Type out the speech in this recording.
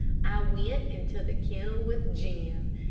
i went into the kennel with jim,